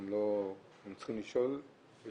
אנחנו צריכים לשאול.